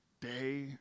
day